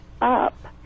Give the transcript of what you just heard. up